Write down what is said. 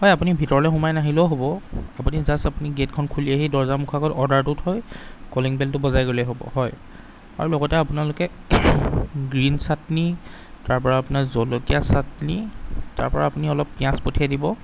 হয় আপুনি ভিতৰলৈ সোমাই নাহিলেও হ'ব আপুনি জাচ আপুনি গেটখন খুলি আহি দৰ্জা মুখৰ আগত অৰ্ডাৰটো থৈ কলিং বেলটো বজাই গ'লেই হ'ব হয় আৰু লগতে আপোনালোকে গ্ৰীন চাটনি তাৰপৰা আপোনাৰ জলকীয়া চাটনি তাৰপৰা আপুনি অলপ পিঁয়াজ পঠিয়াই দিব